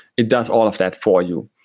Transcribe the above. it does all of that for you.